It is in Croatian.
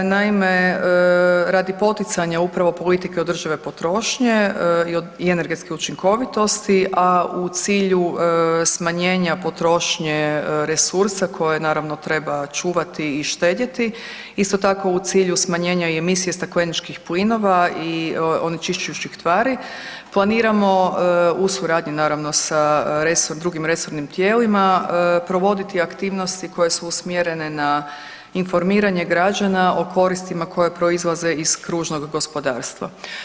Naime, radi poticanja upravo politike održive potrošnje i energetske učinkovitosti, a u cilju smanjenja potrošnje resursa koje naravno treba čuvati i štedjeti isto tako u cilju smanjenja i emisije stakleničkih plinova i onečišćujućih tvari planiramo uz suradnju naravno sa resornim, drugim resornim tijelima provoditi aktivnosti koje su usmjerene na informiranje građana o koristima koje proizlaze iz kružnog gospodarstva.